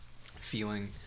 feeling